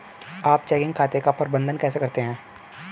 आप चेकिंग खाते का प्रबंधन कैसे करते हैं?